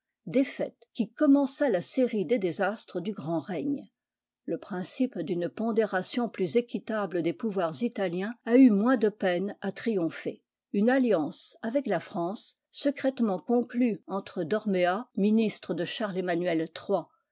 défaite qui commença la série des désastres du grand règne le principe d'une pondération plus équitable des pouvoirs italiens a eu moins de peine à triompher une alliance avec la france secrètement conclue entre d'ormea ministre de charles emmanuel